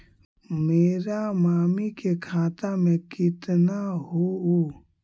मेरा मामी के खाता में कितना हूउ?